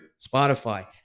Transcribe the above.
Spotify